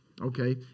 Okay